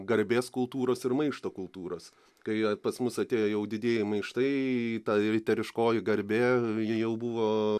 garbės kultūros ir maišto kultūros kai pas mus atėjo jau didieji maištai ta riteriškoji garbė ji jau buvo